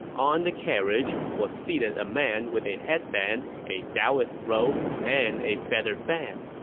on the carriage was seated a man with a headband, a daoist robe, and a feather fan.